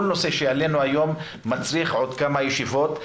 כל נושא שהעלינו היום מצריך עוד כמה ישיבות,